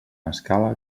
escala